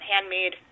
handmade